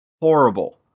horrible